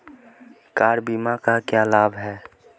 Car बीमा का क्या लाभ है?